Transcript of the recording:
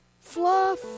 Fluff